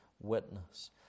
witness